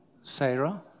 Sarah